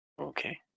okay